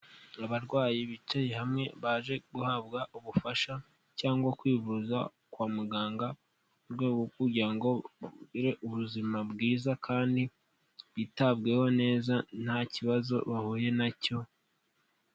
Abarwayi bicaye hamwe, baje guhabwa ubufasha, cyangwa kwivuza kwa muganga, mu rwego rwo kugira ngo bagire ubuzima bwiza kandi bitabweho neza nta kibazo bahuye na cyo.